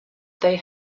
they